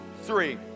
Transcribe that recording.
three